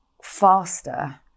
faster